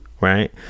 right